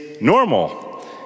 normal